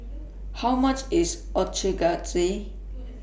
How much IS Ochazuke